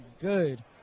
good